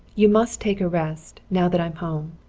you must take a rest, now that i'm home.